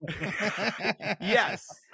Yes